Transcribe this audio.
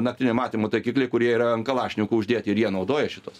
naktinio matymo taikikliai kurie yra ant kalašnikovų uždėti ir jie naudoja šituos